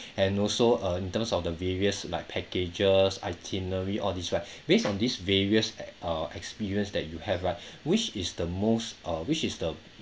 and also uh in terms of the various like packages itinerary all these right based on these various ex~ uh experience that you have right which is the most uh which is the